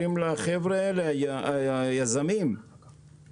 היזמים כדי